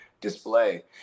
display